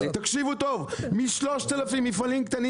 תקשיבו טוב מ- 3,000 מפעלים קטנים